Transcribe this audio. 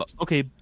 Okay